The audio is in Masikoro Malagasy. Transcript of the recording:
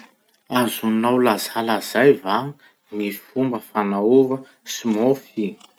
Azonao lazalazay va ny fomba fanaova smoothie?